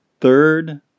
Third